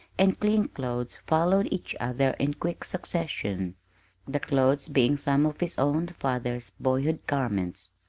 and clean clothes followed each other in quick succession the clothes being some of his own father's boyhood garments.